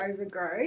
overgrow